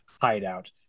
hideout